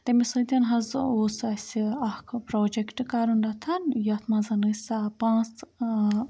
تٔمِس سۭتۍ حظ اوس اَسہِ اَکھ پروجَکٹ کَرُن یَتھ منٛز أسۍ پانٛژھ